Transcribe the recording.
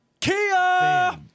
Kia